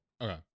Okay